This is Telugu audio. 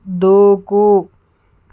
దూకూ